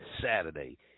Saturday